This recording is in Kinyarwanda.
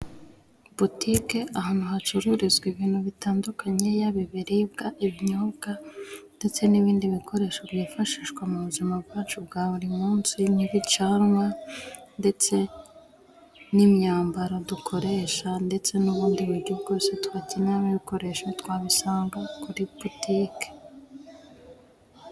Butike, ahantu hacururizwa ibintu bitandukanye yaba ibiribwa, ibinyobwa ndetse n'ibindi bikoresho byifashishwa mu buzima bwacu bwa buri munsi nk'ibicanwa, ndetse n'imyambaro dukoresha, ndetse n'ubundi buryo bwose twakeneramo ibikoresho twabisanga kuri butike.